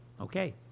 Okay